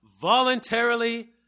voluntarily